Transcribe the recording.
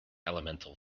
elemental